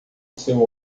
seu